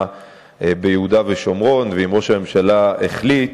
ביהודה ושומרון ואם ראש הממשלה החליט.